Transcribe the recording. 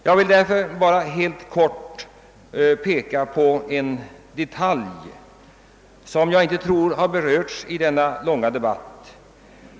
Jag vill bara helt kortfattat peka på en detalj som jag inte tror har berörts i denna långa debatt.